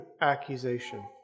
accusation